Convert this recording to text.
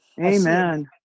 Amen